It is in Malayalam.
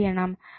എന്തു ചെയ്യണം